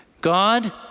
God